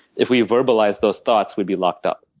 if we verbalized those thoughts, we'd be locked up.